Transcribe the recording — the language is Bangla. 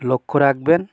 লক্ষ্য রাখবেন